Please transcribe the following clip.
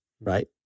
Right